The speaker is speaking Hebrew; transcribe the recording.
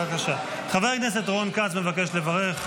חבר הכנסת רון כץ מבקש לברך.